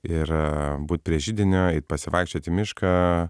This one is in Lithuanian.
ir būt prie židinio eit pasivaikščiot į mišką